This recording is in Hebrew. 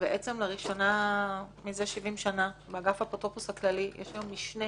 ובעצם לראשונה מזה 70 שנה לאגף האפוטרופוס הכללי יש גם משנה